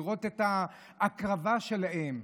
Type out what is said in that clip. את ההקרבה שלהם,